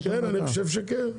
כן אני חושב שכן.